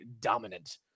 dominant